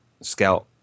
scout